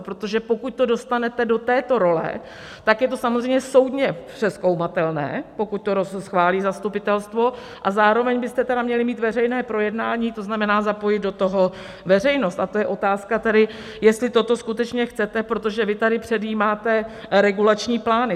Protože pokud to dostaneme do této role, tak je to samozřejmě soudně přezkoumatelné, pokud to schválí zastupitelstvo, a zároveň byste tedy měli mít veřejné projednání, to znamená zapojit do toho veřejnost, a to je otázka tady, jestli toto skutečně chcete, protože vy tady předjímáte regulační plány.